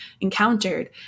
encountered